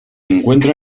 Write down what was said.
encuentra